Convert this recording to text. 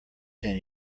ten